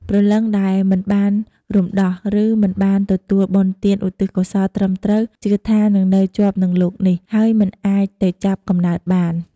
ព្រលឹងដែលមិនបានរំដោះ ឬមិនបានទទួលបុណ្យទានឧទ្ទិសកុសលត្រឹមត្រូវ ជឿថានឹងនៅជាប់នឹងលោកនេះ ហើយមិនអាចទៅចាប់កំណើតបាន។